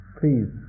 please